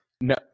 No